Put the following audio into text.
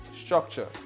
structure